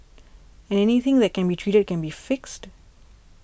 and anything that can be treated can be fixed